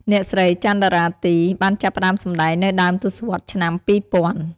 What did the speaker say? អ្នកស្រី ចាន់ តារាទី បានចាប់ផ្តើមសម្តែងនៅដើមទសវត្សរ៍ឆ្នាំ ២០០០។